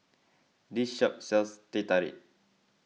this shop sells Teh Tarik